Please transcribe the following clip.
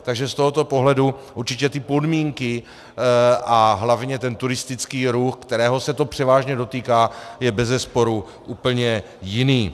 Takže z tohoto pohledu určitě ty podmínky, a hlavně turistický ruch, kterého se to převážně dotýká, je bezesporu úplně jiný.